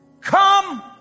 come